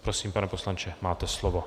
Prosím, pane poslanče, máte slovo.